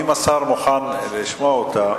אם השר מוכן לשמוע אותה,